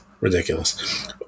Ridiculous